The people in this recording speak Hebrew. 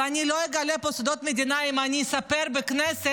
ואני לא אגלה פה סודות מדינה אם אני אספר בכנסת